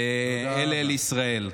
אל אל ישראל.